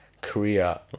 Korea